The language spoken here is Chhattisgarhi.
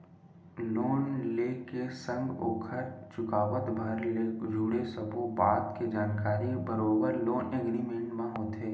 लोन ले के संग ओखर चुकावत भर ले जुड़े सब्बो बात के जानकारी बरोबर लोन एग्रीमेंट म होथे